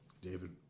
David